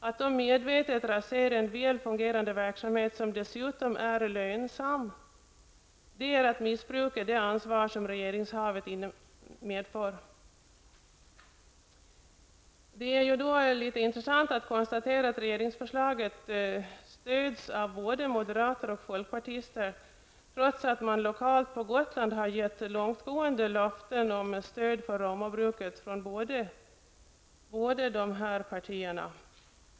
Att då medvetet rasera en väl fungerande verksamhet, som dessutom är lönsam, är att missbruka det ansvar som regeringsinnehavet medför. Det är ju intressant att konstatera att regeringsförslaget stöds av både moderater och folkpartister, trots att man lokalt på Gotland givit långtgående löften om stöd för Romabruket från båda dessa partier.